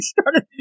started